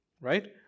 Right